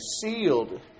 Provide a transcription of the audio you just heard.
sealed